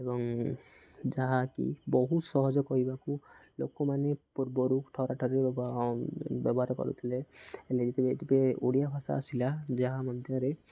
ଏବଂ ଯାହାକି ବହୁତ ସହଜ କହିବାକୁ ଲୋକମାନେ ପୂର୍ବରୁ ବ୍ୟବହାର କରୁଥିଲେ ହେଲେ ଏବେ ଓଡ଼ିଆ ଭାଷା ଆସିଲା ଯାହା ମଧ୍ୟରେ